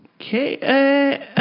okay